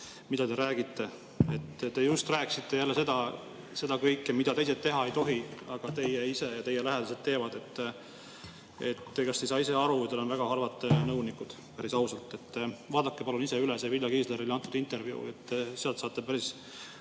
mida te räägite. Te jälle rääkisite kõike seda, mida teised teha ei tohi, aga teie ise [teete] ja teie lähedased teevad. Kas te ei saa ise aru või teil on väga halvad nõunikud? Päris ausalt. Vaadake palun ise üle see Vilja Kiislerile antud intervjuu. Sealt saate päris